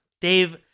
Dave